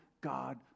God